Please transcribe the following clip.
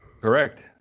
correct